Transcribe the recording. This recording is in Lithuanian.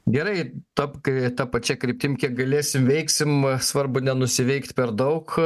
gerai top ką ta pačia kryptim kiek galėsim veiksim svarbu nenusiveikt per daug